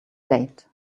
date